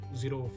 zero